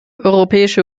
europäische